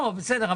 בסדר,